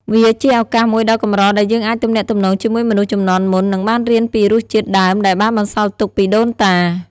វាជាឱកាសមួយដ៏កម្រដែលយើងអាចទំនាក់ទំនងជាមួយមនុស្សជំនាន់មុន និងបានរៀនពីរសជាតិដើមដែលបានបន្សល់ទុកពីដូនតា។